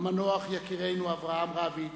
המנוח יקירנו אברהם רביץ,